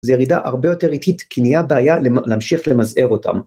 זה ירידה הרבה יותר איטית כי נהיה בעיה להמשך למזער אותם.